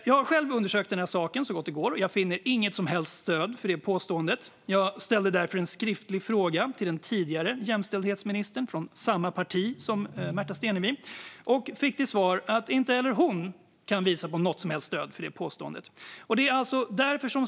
Jag har själv undersökt den här saken så gott det går, och jag finner inget som helst stöd för det påståendet. Jag ställde därför en skriftlig fråga till den tidigare jämställdhetsministern, från samma parti som Märta Stenevi, och fick till svar att inte heller hon kan visa på något som helst stöd för det påståendet.